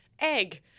Egg